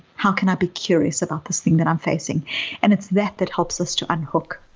how can i be curious about this thing that i'm facing and it's that that helps us to unhook.